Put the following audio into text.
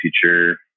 future